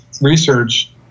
research